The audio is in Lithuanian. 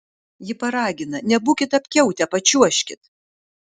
ji paragina nebūkit apkiautę pačiuožkit